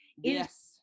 yes